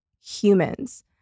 humans